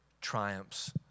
triumphs